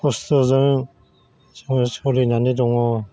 खस्थ'जों सोलिनानै दङ